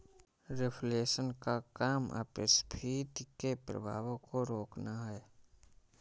reflation का काम अपस्फीति के प्रभावों को रोकना है